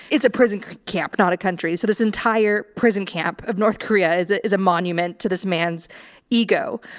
it's a prison camp, not a country. so this entire prison camp of north korea is a, is a monument to this man's ego.